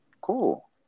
Cool